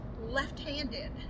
left-handed